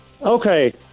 Okay